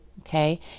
okay